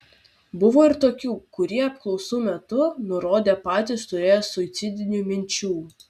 buvo ir tokių kurie apklausų metu nurodė patys turėję suicidinių minčių